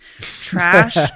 Trash